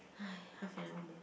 half an hour more